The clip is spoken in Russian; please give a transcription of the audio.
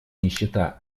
нищета